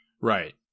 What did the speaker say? Right